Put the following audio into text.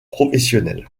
professionnel